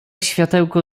światełko